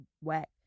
whack